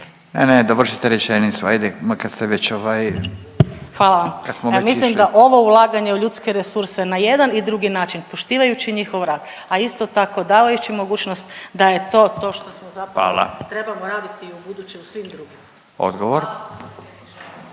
Ne, ne, dovršite rečenicu, ajde, kad ste već ovaj …/... Hvala vam. Mislim da ovo ulaganje u ljudske resurse na jedan i drugi način poštivajući njihov rad, a isto tako, davajući mogućnost da je to to što smo .../Govornik se ne čuje./...